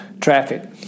traffic